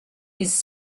his